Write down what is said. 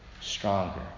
stronger